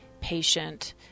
patient